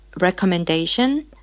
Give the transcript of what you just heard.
recommendation